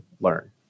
learn